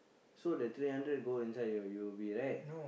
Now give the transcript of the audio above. so that three hundred go inside your U_O_B right